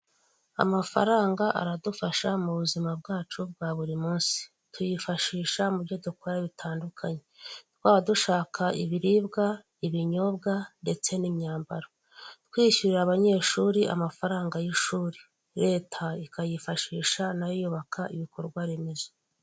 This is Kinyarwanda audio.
Amafaranga aradufasha mu buzima bwacu bwa buri munsi, tuyifashisha mu byo dukora bitandukanye, twaba dushaka ibiribwa, ibinyobwa ndetse n'imyambaro, twishyurira abanyeshuri amafaranga y'ishuri, leta ikayifashisha nayo y'ubaka ibikorwa remezo.